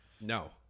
No